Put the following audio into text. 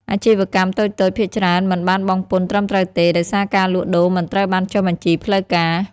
អាជីវកម្មតូចៗភាគច្រើនមិនបានបង់ពន្ធត្រឹមត្រូវទេ ដោយសារការលក់ដូរមិនត្រូវបានចុះបញ្ជីផ្លូវការ។